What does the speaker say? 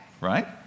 Right